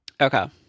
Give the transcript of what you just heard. okay